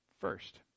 FIRST